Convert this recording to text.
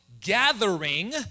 gathering